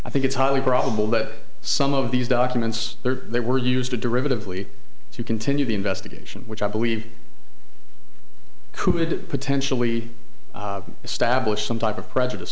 i think it's highly probable that some of these documents they were used a derivative lee to continue the investigation which i believe could potentially establish some type of prejudice